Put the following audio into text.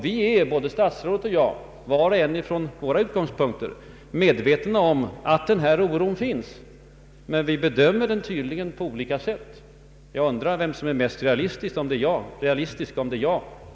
Vi är, både statsrådet Wickman och jag var och en från sina utgångspunkter, medvetna om att sådan oro finns, men vi bedömer den tydligen på olika sätt. Jag undrar vem som är mest realistisk, statsrådet Wickman eller jag.